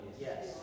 Yes